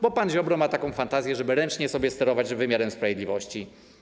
Bo pan Ziobro ma taką fantazję, żeby ręcznie sobie sterować wymiarem sprawiedliwości.